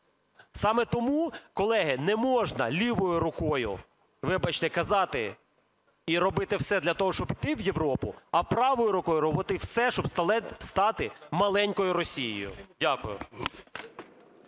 Саме тому, колеги, не можна лівою рукою, вибачте, казати і робити все для того, щоб іти в Європу, а правою рукою робити все, щоб стати маленькою Росією. Дякую.